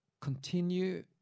Continue